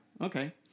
okay